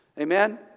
Amen